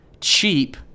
cheap